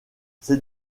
ces